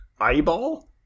eyeball